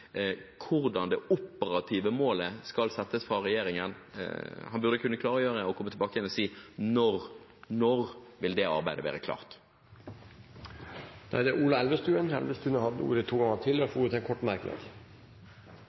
hvordan det operative målet skal settes fra regjeringen, og komme tilbake igjen og si når det arbeidet vil være klart. Representanten Ola Elvestuen har hatt ordet og ganger tidligere i debatten og får ordet til en kort merknad,